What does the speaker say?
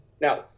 Now